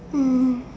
mm